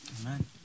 Amen